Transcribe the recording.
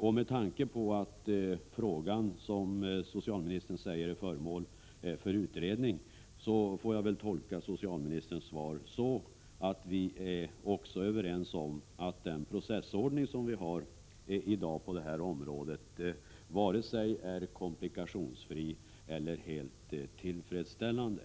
Och med tanke på att frågan — som socialministern säger — är föremål för utredning får jag väl tolka socialministerns svar så, att vi också är överens om att den processordning som i dag finns på det här området inte är vare sig komplikationsfri eller helt tillfredsställande.